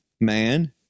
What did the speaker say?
Man